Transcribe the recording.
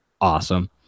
Awesome